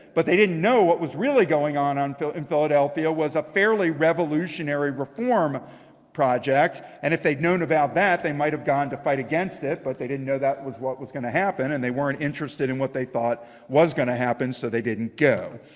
but they didn't know what was really going on on in philadelphia was a fairly revolutionary reform project. and if they'd known about that, that, they might have gone to fight against it. but they didn't know that was what was going to happen. and they weren't interested in what they thought was going to happen. so they didn't go.